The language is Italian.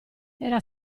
era